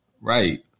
Right